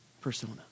persona